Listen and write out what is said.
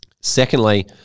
Secondly